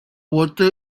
water